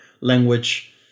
language